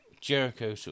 Jericho